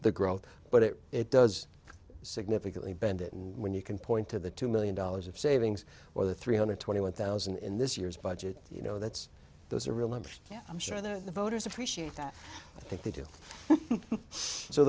the growth but it does significantly bend it and when you can point to the two million dollars of savings or the three hundred twenty one thousand in this year's budget you know that's those are real numbers i'm sure that the voters appreciate that i think they do so